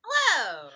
Hello